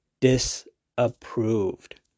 disapproved